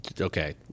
okay